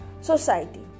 society